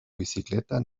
bicicleta